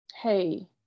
hey